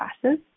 classes